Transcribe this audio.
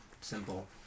Simple